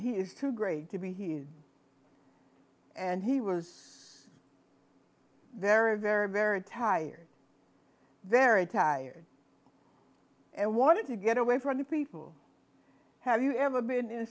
he is too great to be here and he was very very very tired very tired and wanted to get away from the people have you ever been in a